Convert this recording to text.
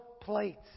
plates